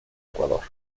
ecuador